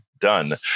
done